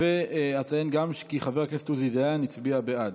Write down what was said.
אציין גם שחבר הכנסת עוזי דיין הצביע בעד.